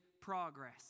progress